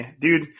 Dude